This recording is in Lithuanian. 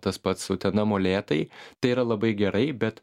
tas pats utena molėtai tai yra labai gerai bet